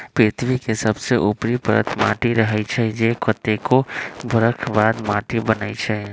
पृथ्वी के सबसे ऊपरी परत माटी रहै छइ जे कतेको बरख बाद माटि बनै छइ